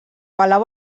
palau